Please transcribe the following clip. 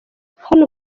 hano